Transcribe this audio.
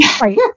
Right